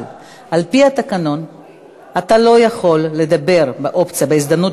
אבל על-פי התקנון אתה לא יכול לדבר בהזדמנות